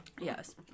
Yes